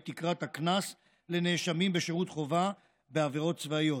תקרת הקנס לנאשמים בשירות חובה בעבירות צבאיות.